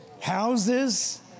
houses